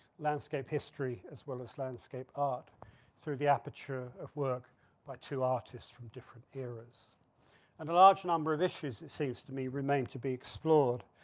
landscape history as well as landscape art through the aperture of work by two artist from different eras and a large number of issues it seems to me remained to be explored.